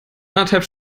anderthalb